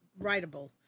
writable